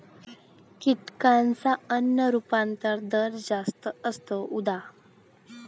कीटकांचा अन्न रूपांतरण दर जास्त असतो, उदा